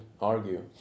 argue